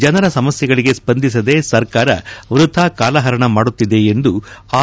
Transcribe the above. ಜನರ ಸಮಸ್ಲೆಗಳಗೆ ಸ್ವಂದಿಸದೆ ಸರ್ಕಾರ ವೃಥಾ ಕಾಲಹರಣ ಮಾಡುತ್ತಿದೆ ಎಂದು ಆರ್